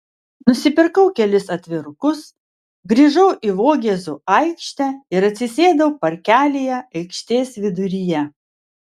nusipirkau kelis atvirukus grįžau į vogėzų aikštę ir atsisėdau parkelyje aikštės viduryje